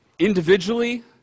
Individually